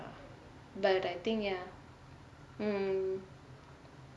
but I think ya mm